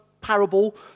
parable